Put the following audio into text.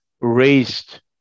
raised